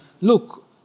look